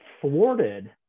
thwarted